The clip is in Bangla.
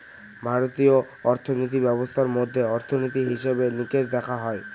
ভারতীয় অর্থিনীতি ব্যবস্থার মধ্যে অর্থনীতি, হিসেবে নিকেশ দেখা হয়